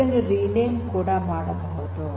ಇದನ್ನು ರಿನೇಮ್ ಕೂಡ ಮಾಡಬಹುದು